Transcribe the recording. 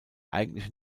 eigentliche